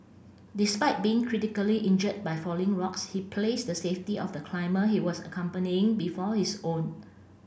despite being critically injured by falling rocks he placed the safety of the climber he was accompanying before his own